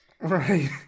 Right